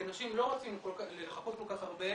כי אנשים לא רוצים לחכות כל כך הרבה